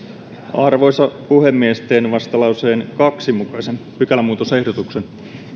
arvoisa puhemies teen vastalauseen kahden mukaisen pykälämuutosehdotuksen